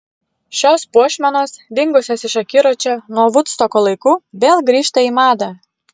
šios puošmenos dingusios iš akiračio nuo vudstoko laikų vėl grįžta į madą